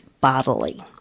bodily